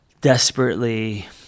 desperately